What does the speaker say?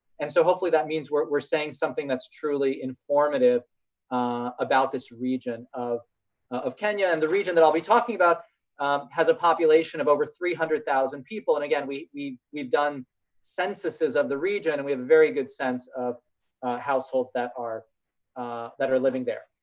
and so hopefully that means, we're saying something that's truly informative about this region of of kenya and the region that i'll be talking about has a population of over three hundred thousand people. and again, we've done censuses of the region and we have a very good sense of households that are that are living there.